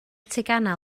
teganau